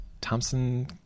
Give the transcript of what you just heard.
Thompson